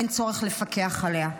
אין צורך לפקח עליה.